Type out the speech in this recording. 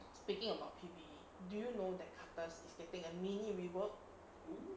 speaking about P_B_E do you know that karthus is getting a new mini reworks